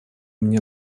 мне